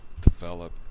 develop